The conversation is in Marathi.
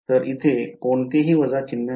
तर इथे कोणतेही वजा चिन्ह नाही